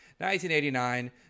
1989